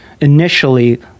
initially